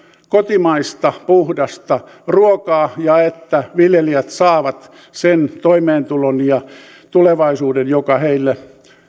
kotimaista puhdasta ruokaa ja että viljelijät saavat sen toimeentulon ja tulevaisuuden joka heille